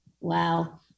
Wow